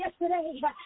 yesterday